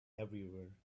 everywhere